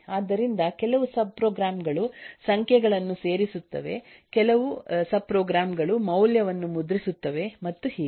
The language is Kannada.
ಆದ್ದರಿಂದಕೆಲವು ಸಬ್ಪ್ರೋಗ್ರಾಮ್ ಗಳು ಸಂಖ್ಯೆಗಳನ್ನು ಸೇರಿಸುತ್ತದೆ ಕೆಲವು ಸಬ್ಪ್ರೋಗ್ರಾಮ್ ಗಳುಮೌಲ್ಯವನ್ನು ಮುದ್ರಿಸುತ್ತವೆ ಮತ್ತು ಹೀಗೆ